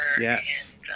Yes